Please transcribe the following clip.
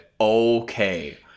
okay